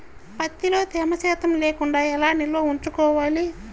ప్రత్తిలో తేమ శాతం లేకుండా ఎలా నిల్వ ఉంచుకోవాలి?